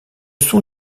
sont